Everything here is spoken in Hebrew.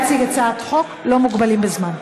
כשעולים להציג הצעת חוק לא מוגבלים בזמן.